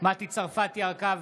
מטי צרפתי הרכבי,